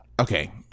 Okay